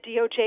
DOJ